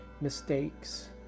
mistakes